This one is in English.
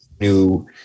new